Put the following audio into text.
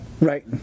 Right